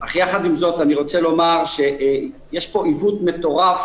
אך יחד עם זאת אני רוצה לומר שיש פה עיוות מטורף,